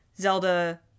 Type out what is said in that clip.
Zelda